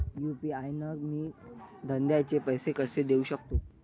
UPI न मी धंद्याचे पैसे कसे देऊ सकतो?